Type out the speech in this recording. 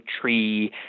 tree